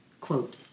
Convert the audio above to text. Quote